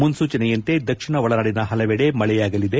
ಮುನೂಚನೆಯಂತೆ ದಕ್ಷಿಣ ಒಳನಾಡಿನ ಪಲವೆಡೆ ಮಳೆಯಾಗಲಿದೆ